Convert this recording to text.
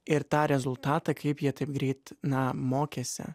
ir tą rezultatą kaip jie taip greit na mokėsi